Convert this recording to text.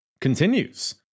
continues